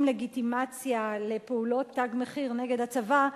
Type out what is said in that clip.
לגיטימציה לפעולות "תג מחיר" נגד הצבא,